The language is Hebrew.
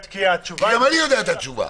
גם אני יודע את התשובה.